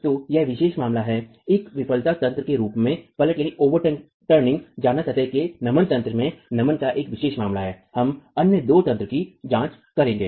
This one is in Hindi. तो यह विशेष मामला है एक विफलता तंत्र के रूप में पलट जाना सतह के नमन तंत्र में नमन का एक विशेष मामला है हम अन्य दो तंत्र कि जाँच करेंगे